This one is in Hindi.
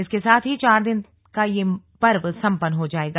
इसके साथ ही चार दिन का यह पर्व सम्पन्न हो जायेगा